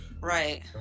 Right